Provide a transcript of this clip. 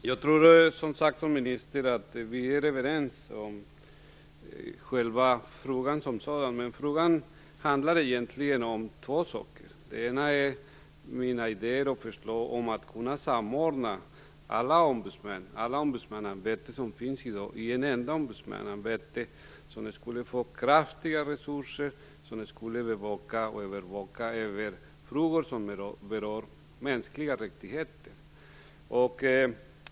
Fru talman! Jag tror som ministern att vi är överens om själva frågan som sådan. Men frågan handlar egentligen om två saker. Den ena är mina idéer och förslag om att kunna samordna alla ombudsmannaämbeten som finns i dag i ett enda ombudsmannaämbete, som skulle få kraftiga resurser och som skulle övervaka frågor som rör mänskliga rättigheter.